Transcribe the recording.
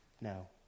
No